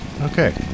Okay